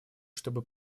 чтобы